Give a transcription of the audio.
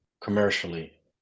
commercially